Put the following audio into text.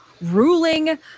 ruling